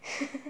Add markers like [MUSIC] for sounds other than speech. [LAUGHS]